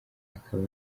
akaba